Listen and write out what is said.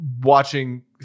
watching